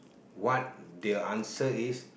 what the answer is